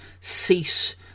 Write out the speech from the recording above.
cease